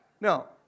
No